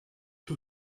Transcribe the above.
who